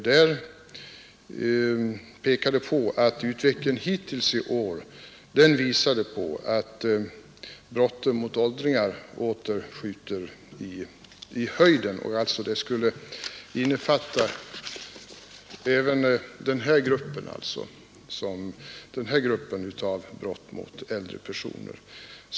Man pekade där på att utvecklingen hittills i år tyder på att antalet brott mot åldringar åter skjuter i höjden och menade att detta skulle gälla även den nämnda gruppen av brott mot äldre personer.